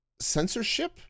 censorship